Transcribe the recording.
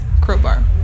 Crowbar